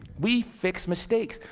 we fix mistakes.